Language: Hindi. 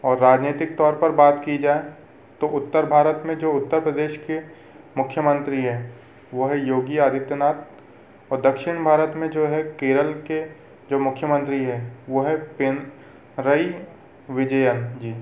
और राजनैतिक तौर पर बात की जाए तो उत्तर भारत में जो उत्तर प्रदेश के मुख्यमंत्री है वो है योगी आदित्यनाथ और दक्षिण भारत में जो है केरल के जो मुख्यमंत्री है वो है पिनरई विजयन जी